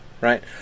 right